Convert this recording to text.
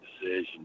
decision